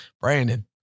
Brandon